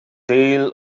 tail